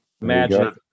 Magic